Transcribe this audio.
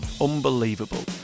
Unbelievable